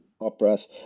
operas